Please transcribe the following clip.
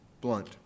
blunt